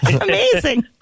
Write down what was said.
amazing